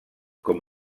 com